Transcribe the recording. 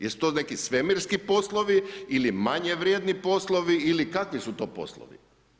Jesu to neki svemirski poslovi, ili manje vrijedni poslovi ili kakvi su to poslovi?